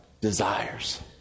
desires